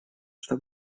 что